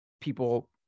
people